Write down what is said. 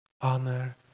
honor